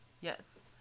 yes